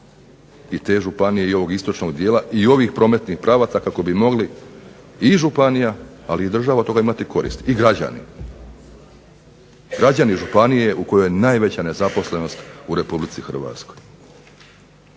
i te županije i ovog istočnog dijela i ovim prometnih pravaca kako bi mogli i županija, ali i država od toga imati koristi, i građani. Građani županije u kojoj je najveća nezaposlenost u Republici Hrvatskoj